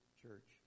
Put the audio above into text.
church